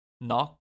Knock